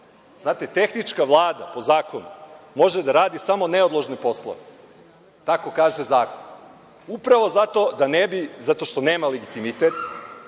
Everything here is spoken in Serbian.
Znate, tehnička Vlada, po zakonu, može da radi samo neodložne poslove, tako kaže zakon, upravo zato što nema legitimitet,